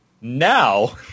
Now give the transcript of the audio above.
now